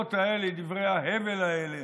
האגדות האלה, דברי ההבל האלה,